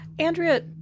Andrea